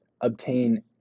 obtain